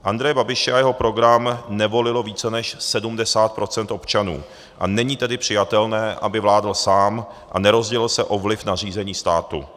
Andreje Babiše a jeho program nevolilo více než 70 % občanů, a není tedy přijatelné, aby vládl sám a nerozdělil se o vliv na řízení státu.